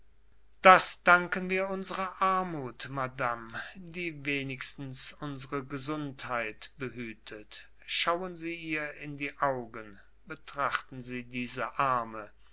das danken wir unsrer armut madame die wenigstens unsre gesundheit behütet schauen sie ihr in die augen betrachten sie diese arme